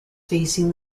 facing